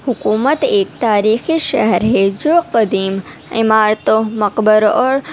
حکومت ایک تاریخی شہر ہے جو قدیم عمارتوں مقبروں اور